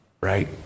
Right